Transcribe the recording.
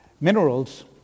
minerals